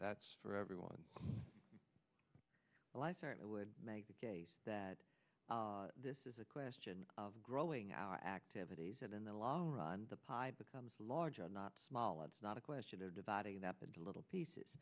that's for everyone life certainly would make the case that this is a question of growing our activities that in the long run the pie becomes larger not small it's not a question of dividing it up into little pieces